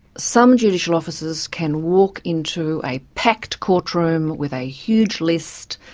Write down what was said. some judicial officers can walk into a packed courtroom with a huge list,